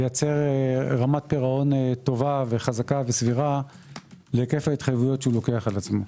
רמת פירעון טובה וחזקה וסבירה להיקף ההתחייבויות שלוקח על עצמו.